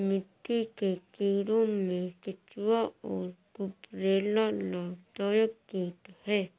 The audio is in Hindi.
मिट्टी के कीड़ों में केंचुआ और गुबरैला लाभदायक कीट हैं